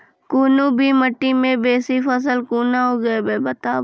कूनू भी माटि मे बेसी फसल कूना उगैबै, बताबू?